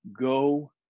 go